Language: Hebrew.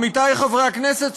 עמיתי חברי הכנסת,